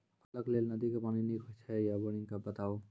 फसलक लेल नदी के पानि नीक हे छै या बोरिंग के बताऊ?